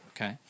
Okay